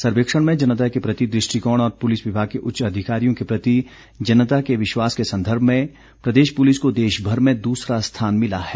सर्वेक्षण में जनता के प्रति दृष्टिकोण और पुलिस विभाग के उच्च अधिकारियों के प्रति जनता के विश्वास के संदर्भ में प्रदेश पुलिस को देशभर में दूसरा स्थान मिला है